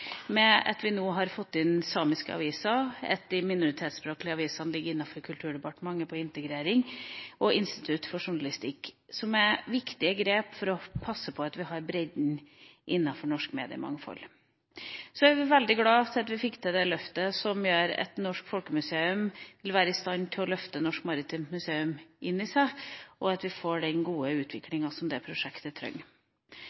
med Kristelig Folkeparti styrket deler av budsjettet som vi syns det var viktig å løfte fram, også innenfor mediemangfoldet, ved at vi nå har fått inn samiske aviser, at de minoritetsspråklige avisene ligger under Kulturdepartementet på integrering, og Institutt for Journalistikk. Dette er viktige grep for å passe på at vi har bredden innenfor norsk mediemangfold. Så er vi veldig glad for at vi fikk til det løftet som gjør at Stiftelsen Norsk Folkemuseum vil være i stand til å inkludere Norsk Maritimt Museum,